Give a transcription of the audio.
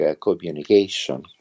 communication